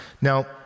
Now